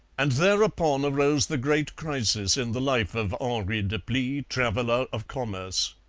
and thereupon arose the great crisis in the life of henri deplis, traveller of commerce.